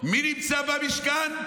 מי נמצא במשכן,